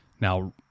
Now